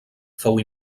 fou